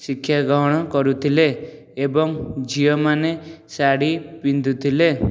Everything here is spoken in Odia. ଶିକ୍ଷା ଗ୍ରହଣ କରୁଥିଲେ ଏବଂ ଝିଅମାନେ ଶାଢ଼ୀ ପିନ୍ଧୁଥିଲେ